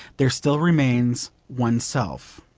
there still remains oneself.